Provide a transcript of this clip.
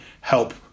help